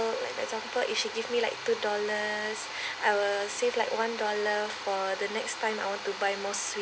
like example if she give me like two dollars I will save like one dollar for the next time I want to buy more sweet